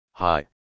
Hi